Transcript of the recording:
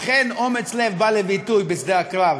אכן, אומץ לב בא לידי ביטוי בשדה הקרב,